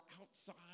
outside